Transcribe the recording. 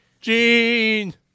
Gene